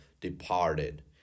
Departed